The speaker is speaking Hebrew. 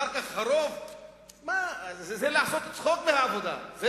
זה לעשות צחוק מהעבודה,